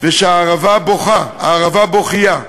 והערבה בוכייה.